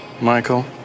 Michael